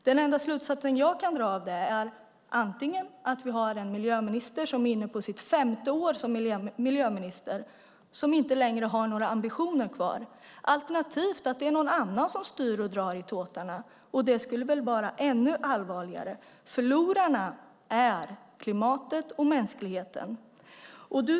Den enda slutsats jag kan dra är att vi har en miljöminister som är inne på sitt femte år som miljöminister och som inte längre har några ambitioner, alternativt att det är någon annan som styr och drar i tåtarna, och det skulle vara ännu allvarligare. Förlorarna är klimatet och mänskligheten.